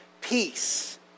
Peace